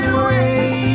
away